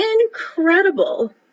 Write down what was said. incredible